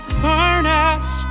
furnace